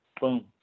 boom